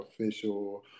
official